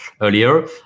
earlier